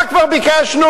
מה כבר ביקשנו?